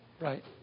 Right